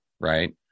Right